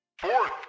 Fourth